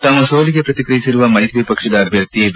ತಮ್ನ ಸೋಲಿಗೆ ಪ್ರತಿಕ್ರಿಯಿಸಿರುವ ಮೈತ್ರಿ ಪಕ್ಷದ ಅಭ್ವರ್ಥಿ ವಿ